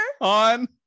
on